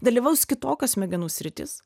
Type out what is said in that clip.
dalyvaus kitokia smegenų sritis